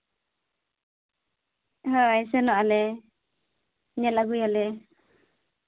ᱦᱳᱭ ᱥᱮᱱᱚᱜ ᱟᱞᱮ ᱧᱮᱞ ᱟᱹᱜᱩᱭᱟᱞᱮ